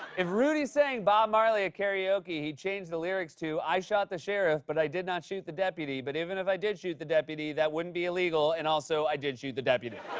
if rudy sang bob marley at karaoke, he'd change the lyrics to, i shot the sheriff, but i did not shoot the deputy. but even if i did shoot the deputy, that wouldn't be illegal. and, also, i did shoot the deputy.